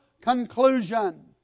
conclusion